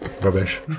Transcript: Rubbish